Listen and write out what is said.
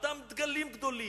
אותם דגלים גדולים,